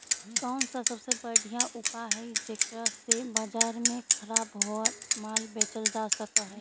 कौन सा सबसे बढ़िया उपाय हई जेकरा से बाजार में खराब होअल माल बेचल जा सक हई?